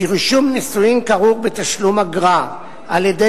כי רישום נישואים כרוך בתשלום אגרה על-ידי